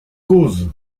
cause